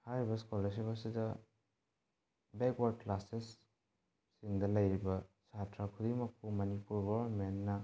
ꯍꯥꯏꯔꯤꯕ ꯁ꯭ꯀꯣꯂꯔꯁꯤꯞ ꯑꯁꯤꯗ ꯕꯦꯛꯋꯥꯔꯠ ꯀ꯭ꯂꯥꯁꯦꯁꯁꯤꯡꯗ ꯂꯩꯔꯤꯕ ꯁꯥꯇ꯭ꯔ ꯈꯨꯗꯤꯡꯃꯛꯄꯨ ꯃꯅꯤꯄꯨꯔ ꯒꯣꯔꯃꯦꯟꯅ